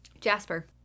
Jasper